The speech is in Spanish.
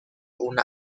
una